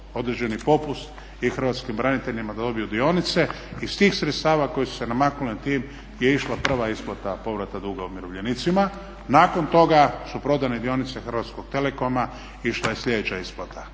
određeni popust i hrvatskim braniteljima da dobiju dionice. Iz tih sredstava koja su se namaknula tim je išla prva isplata povrata duga umirovljenicima. Nakon toga su prodane dionice Hrvatskog telecoma, išla je sljedeća isplata.